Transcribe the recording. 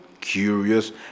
curious